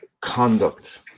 conduct